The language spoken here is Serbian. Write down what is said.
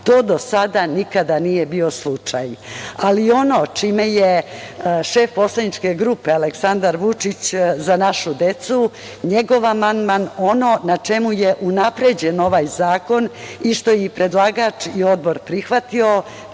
To do sada nikada nije bio slučaj. Ono čime je šef poslaničke grupe Aleksandar Vučić – Za našu decu, njegov amandman, unapredio ovaj zakon i što su predlagač i Odbor prihvatili